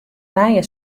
nije